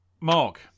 mark